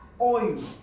oil